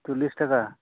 ᱪᱚᱞᱞᱤᱥ ᱴᱟᱠᱟ